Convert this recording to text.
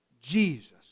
Jesus